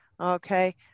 Okay